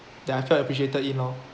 then I felt appreciated you know